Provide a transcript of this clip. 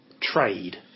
trade